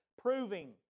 proving